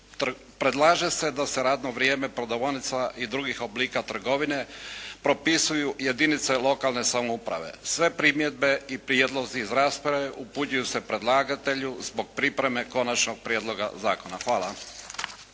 Predlaže se da se radno vrijeme prodavaonica i drugih oblika trgovina propisuju jedinice lokalne samouprave. Sve primjedbe i prijedlozi iz rasprave upućuju se predlagatelju zbog pripreme konačnog prijedloga zakona. Hvala.